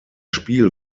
spiel